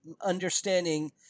understanding